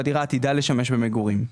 והדירה עתידה לשמש למגורים.